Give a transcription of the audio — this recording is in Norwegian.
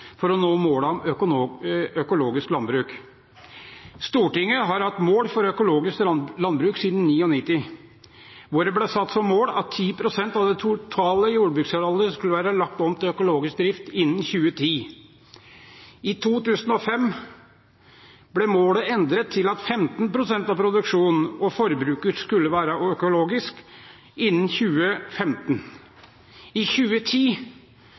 for å nå måla om økologisk landbruk». Stortinget har hatt mål for økologisk landbruk siden 1999, da det ble satt som mål at 10 pst. av det totale jordbruksarealet skulle være lagt om til økologisk drift innen 2010. I 2005 ble målet endret til at 15 pst. av produksjonen og forbruket skulle være økologisk innen 2015. I 2010